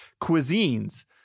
cuisines